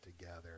together